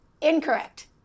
incorrect